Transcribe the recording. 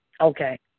Okay